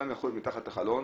גם לא אומרים לפעמים